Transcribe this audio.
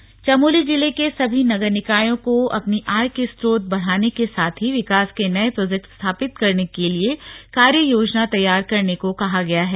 निर्देश चमोली जिले के सभी नगर निकायों को अपनी आय के स्रोत बढ़ाने के साथ ही विकास के नये प्रोजेक्ट स्थापित करने के लिए कार्ययोजना तैयार करने को कहा गया है